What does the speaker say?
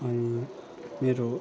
अनि मेरो